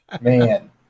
Man